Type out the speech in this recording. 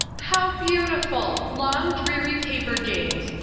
how beautiful! long dreary paper games!